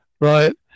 right